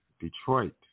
Detroit